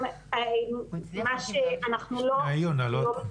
היא עונה, לא אתה.